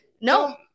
No